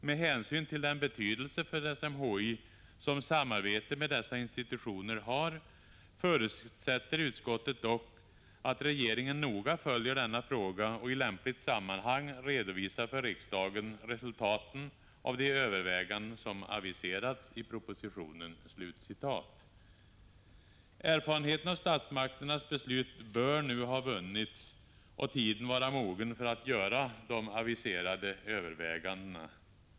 ”Med hänsyn till den betydelse för SMHI som samarbete med dessa institutioner har, förutsätter utskottet dock att regeringen noga följer denna fråga och i lämpligt sammanhang redovisar för riksdagen resultaten av de överväganden som aviserats i propositionen.” Erfarenheter av statsmakternas beslut bör nu ha vunnits och tiden vara mogen att göra de aviserade övervägandena.